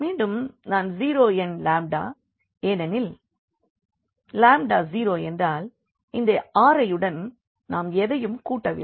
மீண்டும் நான் ஸீரோ எண் லாம்டா ஏனெனில் லாம்டா 0 என்றால் இந்த Riயுடன் நாம் எதையும் கூட்டவில்லை